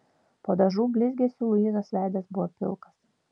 po dažų blizgesiu luizos veidas buvo pilkas